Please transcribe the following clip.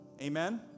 Amen